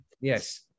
yes